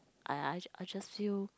I I I just feel